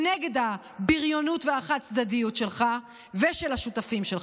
והם נגד הבריונות והחד-צדדיות שלך ושל השותפים שלך.